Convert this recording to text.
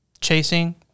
chasing